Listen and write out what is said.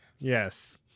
Yes